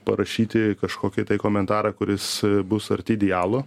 parašyti kažkokį komentarą kuris bus arti idialo